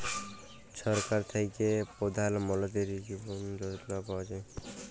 ছরকার থ্যাইকে পধাল মলতিরি জীবল যজলা পাউয়া যায়